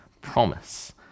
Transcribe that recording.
promise